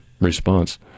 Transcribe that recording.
response